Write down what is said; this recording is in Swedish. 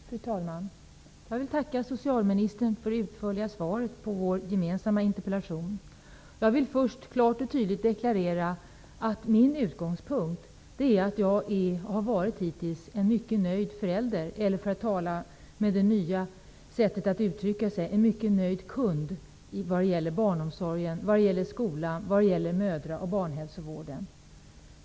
Fru talman! Jag vill tacka socialministern för det utförliga svaret på vår gemensamma interpellation. Jag vill först klart och tydligt deklarera att min utgångspunkt är att jag är, och hittills har varit, en mycket nöjd förälder -- eller för att tala med det nya sättet att uttrycka sig: en mycket nöjd kund vad gäller barnomsorg, skola, mödra och barnhälsovård.